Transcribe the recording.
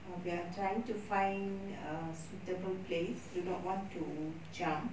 uh we are trying to find a suitable place do not want to jump